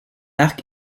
arc